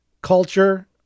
culture